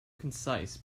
concise